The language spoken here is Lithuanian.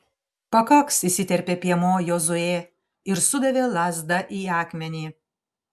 pakaks įsiterpė piemuo jozuė ir sudavė lazda į akmenį